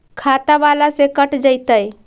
खाता बाला से कट जयतैय?